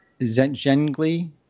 Zengli